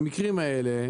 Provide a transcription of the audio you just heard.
במקרים האלה,